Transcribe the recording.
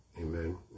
Amen